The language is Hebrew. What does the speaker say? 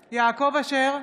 אשר,